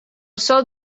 sol